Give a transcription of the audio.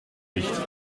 nicht